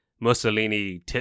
Mussolini